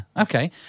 Okay